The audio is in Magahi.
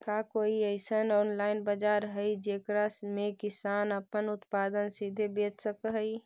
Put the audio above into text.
का कोई अइसन ऑनलाइन बाजार हई जेकरा में किसान अपन उत्पादन सीधे बेच सक हई?